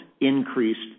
increased